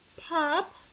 pop